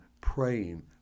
praying